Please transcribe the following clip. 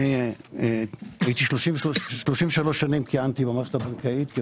במשך 33 שנים כיהנתי במערכת הבנקאית,